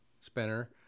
spinner